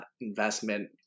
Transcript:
investment